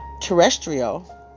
terrestrial